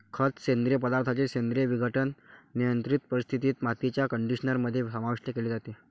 खत, सेंद्रिय पदार्थांचे सेंद्रिय विघटन, नियंत्रित परिस्थितीत, मातीच्या कंडिशनर मध्ये समाविष्ट केले जाते